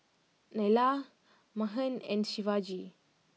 Neila Mahan and Shivaji